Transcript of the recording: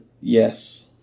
Yes